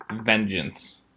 vengeance